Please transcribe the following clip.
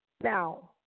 Now